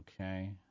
Okay